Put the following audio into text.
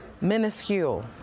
Minuscule